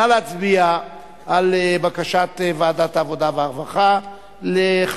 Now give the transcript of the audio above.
נא להצביע על בקשת ועדת העבודה והרווחה בדבר